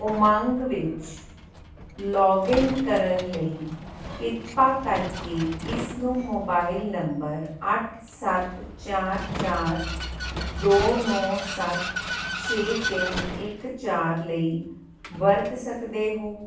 ਉਮੰਗ ਵਿੱਚ ਲੋਗਿੰਨ ਕਰਨ ਲਈ ਕਿਰਪਾ ਕਰਕੇ ਇਸ ਨੂੰ ਮੋਬਾਇਲ ਨੰਬਰ ਅੱਠ ਸੱਤ ਚਾਰ ਚਾਰ ਦੋ ਨੌਂ ਸੱਤ ਛੇ ਤਿੰਨ ਇੱਕ ਚਾਰ ਲਈ ਵਰਤ ਸਕਦੇ ਹੋ